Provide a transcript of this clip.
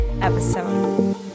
episode